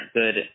good